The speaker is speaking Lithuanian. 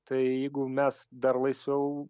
tai jeigu mes dar laisviau